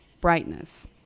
brightness